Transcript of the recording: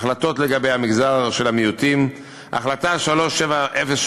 החלטות לגבי מגזר המיעוטים: החלטה 3708,